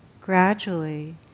Gradually